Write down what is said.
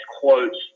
quotes